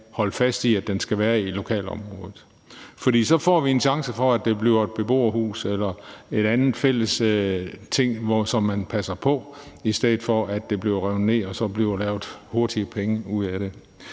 holde fast i, at den skal være i lokalområdet. For så får vi en chance for, at det bliver et beboerhus eller et andet fælles sted, som man passer på, i stedet for at det bliver revet ned og der så bliver lavet hurtige penge ud af det.